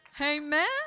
Amen